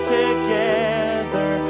together